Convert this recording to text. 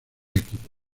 equipo